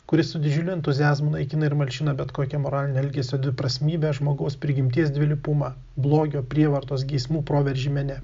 kuris su didžiuliu entuziazmu naikina ir malšina bet kokią moralinio elgesio dviprasmybę žmogaus prigimties dvilypumą blogio prievartos geismų proveržį mene